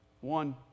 One